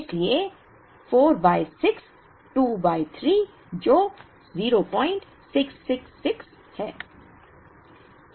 इसलिए 4 by 6 2 by 3 जो 0666 है